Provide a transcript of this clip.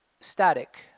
static